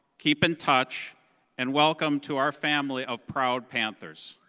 keep in touch and welcome to our family of proud panthers!